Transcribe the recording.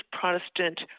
Protestant